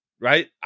Right